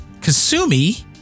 Kasumi